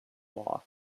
law